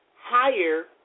higher